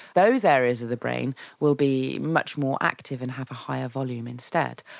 those areas of the brain will be much more active and have a higher volume instead.